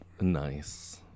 Nice